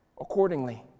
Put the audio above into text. accordingly